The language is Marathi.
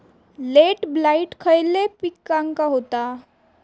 लेट ब्लाइट खयले पिकांका होता?